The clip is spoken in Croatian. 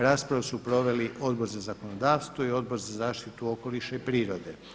Raspravu su proveli Odbor za zakonodavstvo o Odbor za zaštitu okoliša i prirode.